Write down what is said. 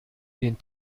den